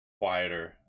quieter